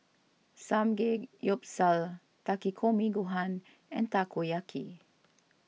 Samgeyopsal Takikomi Gohan and Takoyaki